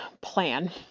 plan